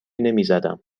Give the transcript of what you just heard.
نمیزدم